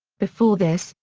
before this,